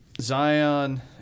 zion